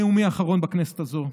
זה נאומי האחרון בכנסת הזאת.